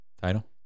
Title